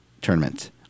tournament